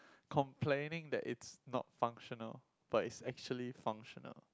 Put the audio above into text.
complaining that it's not functional but it's actually functional